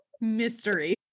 mystery